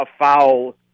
afoul